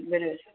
बरं